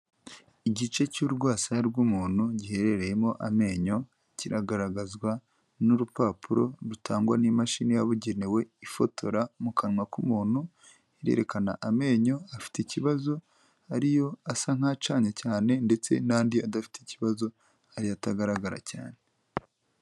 Igice cy'urwasaya rw'umuntu giherereyemo amenyo, kiragaragazwa n'urupapuro rutangwa n'imashini yabugenewe ifotora mu kanwa k'umuntu, irerekana amenyo afite ikibazo, ariyo asa nkacanye cyane, ndetse n'andi adafite ikibazo, ariyo atagaragara cyane.